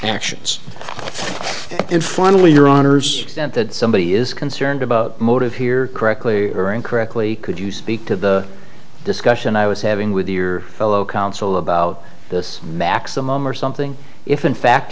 actions and finally your honour's that that somebody is concerned about motive here correctly or incorrectly could you speak to the discussion i was having with your fellow counsel about this maximum or something if in fact